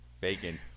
bacon